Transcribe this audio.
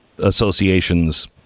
associations